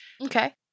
Okay